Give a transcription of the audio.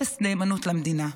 אפס נאמנות למדינה.